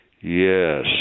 Yes